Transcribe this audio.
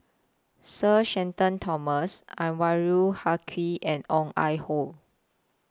Sir Shenton Thomas Anwarul Haque and Ong Ah Hoi